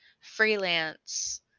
freelance